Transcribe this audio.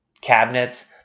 cabinets